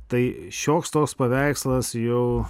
tai šioks toks paveikslas jau